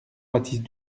baptiste